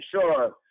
sure